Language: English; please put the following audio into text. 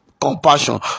compassion